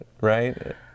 right